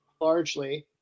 largely